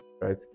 right